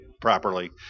properly